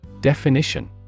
Definition